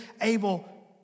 able